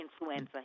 Influenza